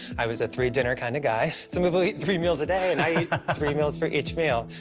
i was a three dinner kinda guy. some people eat three meals a day, and i eat three meals for each meal.